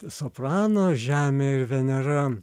soprano žemė ir venera